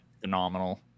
phenomenal